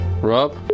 Rob